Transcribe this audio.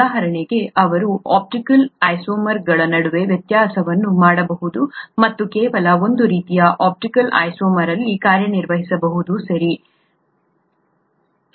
ಉದಾಹರಣೆಗೆ ಅವರು ಆಪ್ಟಿಕಲ್ ಐಸೋಮರ್ಗಳ ನಡುವೆ ವ್ಯತ್ಯಾಸವನ್ನು ಮಾಡಬಹುದು ಮತ್ತು ಕೇವಲ ಒಂದು ರೀತಿಯ ಆಪ್ಟಿಕಲ್ ಐಸೋಮರ್ ಅಲ್ಲಿ ಕಾರ್ಯನಿರ್ವಹಿಸಬಹುದು ಸರಿ